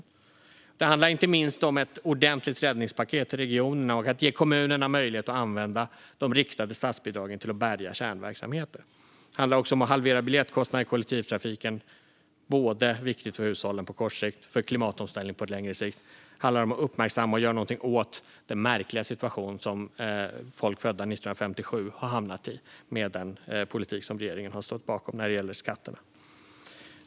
Och det handlar inte minst om ett ordentligt räddningspaket till regionerna, och att ge kommunerna möjlighet att använda de riktade statsbidragen till att bärga kärnverksamheter. Det handlar också om att halvera biljettkostnaderna i kollektivtrafiken - viktigt både för hushållen på kort sikt och för klimatomställning på längre sikt. Det handlar om att uppmärksamma och göra någonting åt den märkliga situation som folk födda 1957 har hamnat i med den politik som regeringen har stått bakom när det gäller skatterna.